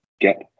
get